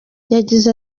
yagize